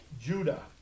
Judah